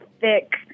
thick